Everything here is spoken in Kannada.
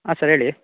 ಹಾಂ ಸರ್ ಹೇಳಿ